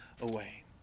away